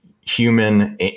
human